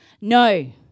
No